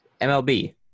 MLB